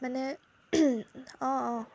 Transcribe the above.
মানে অঁ অঁ